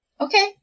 Okay